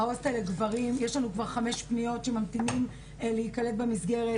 ההוסטל לגברים יש לנו כבר חמש פניות מגברים שממתינים להיקלט במסגרת.